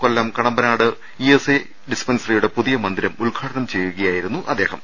കൊല്ലം Kadampanad ESI ഡിസ്പെൻസറിയുടെ പുതിയ മന്ദിരം ഉദ്ഘാടനം ചെയ്യുകയായിരുന്നു അദ്ദേഹം